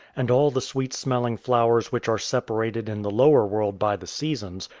and all the sweet-smelling flowers which are separated in the lower world by the seasons,